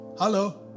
hello